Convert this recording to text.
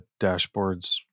dashboards